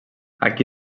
aquí